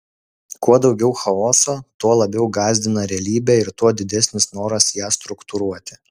kuo daugiau chaoso tuo labiau gąsdina realybė ir tuo didesnis noras ją struktūruoti